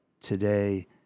today